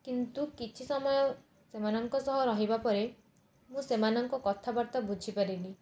କିନ୍ତୁ କିଛି ସମୟ ସେମାନଙ୍କ ସହ ରହିବା ପରେ ମୁଁ ସେମାନଙ୍କ କଥାବାର୍ତ୍ତା ବୁଝିପାରିଲି